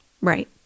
Right